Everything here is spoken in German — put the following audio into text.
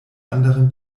anderem